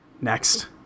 Next